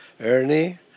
Ernie